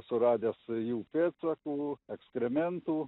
suradęs jų pėdsakų eksperimentų